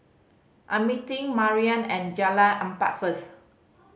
I am meeting Mariann at Jalan Empat first